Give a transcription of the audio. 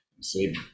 Say